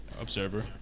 observer